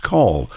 Call